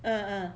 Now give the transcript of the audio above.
uh uh